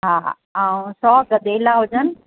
हा ऐं सौ गदेला हुजनि